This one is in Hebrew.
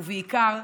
ובעיקר,